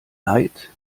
neid